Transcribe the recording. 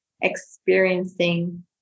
experiencing